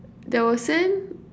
that was in